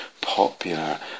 popular